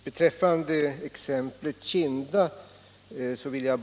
Herr talman!